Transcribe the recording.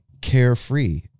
carefree